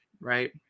right